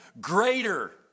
greater